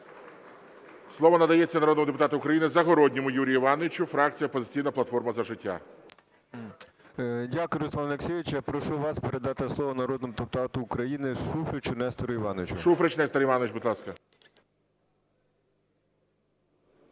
Слово надається народному депутату України Загородньому Юрію Івановичу, фракція "Опозиційна платформа – За життя". 11:09:34 ЗАГОРОДНІЙ Ю.І. Дякую, Руслане Олексійовичу. Я прошу вас передати слово народному депутату України Шуфричу Нестору Івановичу. ГОЛОВУЮЧИЙ. Шуфрич Нестор Іванович, будь ласка.